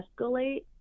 escalate